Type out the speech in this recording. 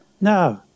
No